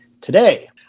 today